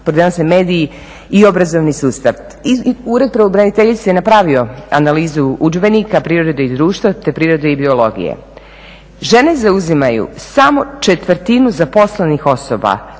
pridonose mediji i obrazovni sustav. Ured pravobraniteljice je napravio analizu udžbenika prirode i društva te prirode i biologije. Žene zauzimaju samo četvrtinu zaposlenih osoba